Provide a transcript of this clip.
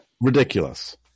Ridiculous